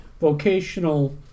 vocational